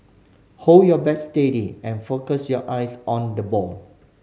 hold your bat steady and focus your eyes on the ball